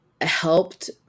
helped